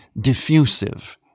diffusive